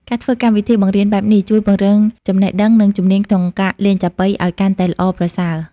ការធ្វើកម្មវិធីបង្រៀនបែបនេះ ជួយពង្រឹងចំណេះដឹង និងជំនាញក្នុងការលេងចាបុីអោយកាន់តែល្អប្រសើរ។